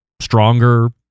stronger